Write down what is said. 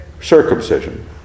circumcision